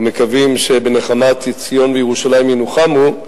ומקווים שבנחמת ציון וירושלים ינוחמו,